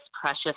precious